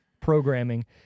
Programming